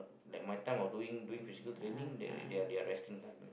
like my time I'm doing doing physical training they their their resting time